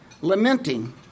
lamenting